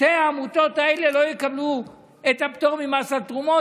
שתי העמותות האלה לא יקבלו את הפטור ממס על תרומות.